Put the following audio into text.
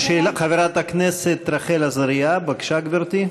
חברת הכנסת רחל עזריה, בבקשה, גברתי.